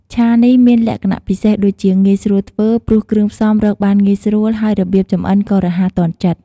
ឆានេះមានលក្ខណៈពិសេសដូចជា ងាយស្រួលធ្វើ ព្រោះគ្រឿងផ្សំរកបានងាយស្រួល ហើយរបៀបចម្អិនក៏រហ័សទាន់ចិត្ត។